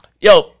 yo